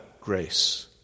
grace